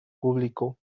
público